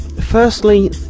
Firstly